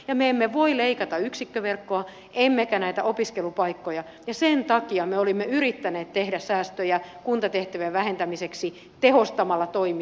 ja me emme voi leikata yksikköverkkoa emmekä näitä opiskelupaikkoja ja sen takia me olimme yrittäneet tehdä säästöjä kuntatehtävien vähentämiseksi tehostamalla toimia